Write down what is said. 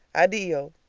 addio!